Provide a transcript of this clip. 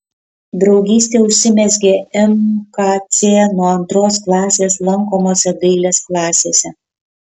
draugystė užsimezgė mkc nuo antros klasės lankomose dailės klasėse